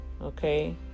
Okay